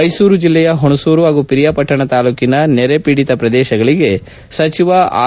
ಮೈಸೂರು ಜೆಲ್ಲೆಯ ಹುಣಸೂರು ಹಾಗೂ ಪಿರಿಯಪಟ್ಟಣ ತಾಲೂಕಿನ ನೆರೆ ಪೀಡಿತ ಪ್ರದೇಶಗಳಿಗೆ ಸಚಿವ ಆರ್